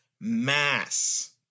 mass